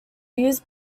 used